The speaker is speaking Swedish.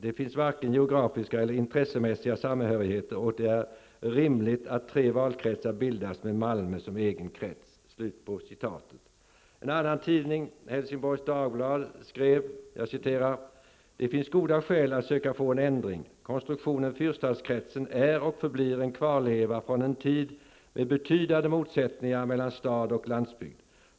Det finns varken geografisk eller intressemässig samhörighet, och det är rimligt att tre valkretsar bildas med Malmö som egen krets.'' I Helsingborgs Dagblad stod följande: ''Det finns goda skäl att söka få en ändring. Konstruktionen fyrstadskretsen är och förblir en kvarleva från en tid med betydande motsättningar mellan stad och landsbygd.